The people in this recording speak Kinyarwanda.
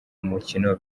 umukino